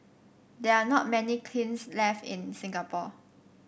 there are not many kilns left in Singapore